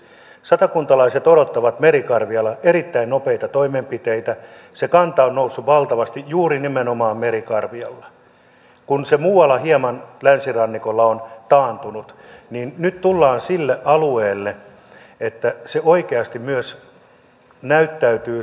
satakuntalaiset odottavat merikarvialla erittäin nopeita toimenpiteitä se kanta on noussut valtavasti juuri nimenomaan merikarvialla kun se muualla länsirannikolla on hieman taantunut ja nyt tullaan sille alueelle että se oikeasti myös näyttäytyy